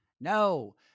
No